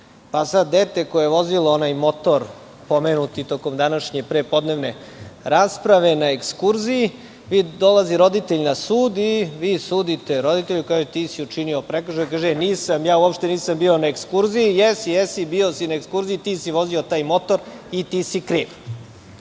Sada dete koje je vozilo motor, pomenuto tokom današnje prepodnevne rasprave, na ekskurziji, dolazi roditelj na sud i vi sudite roditelju, kao ti si učinio prekršaj, kaže – nisam, ja uopšte nisam bio na ekskurziji, jesi, jesi, bio si na ekskurziji ti si vozio taj motor i ti si kriv.